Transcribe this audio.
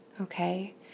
Okay